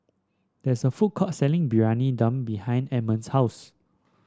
there is a food court selling Briyani Dum behind Edmond's house